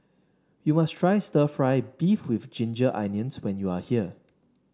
you must try stir fry beef with Ginger Onions when you are here